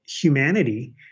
humanity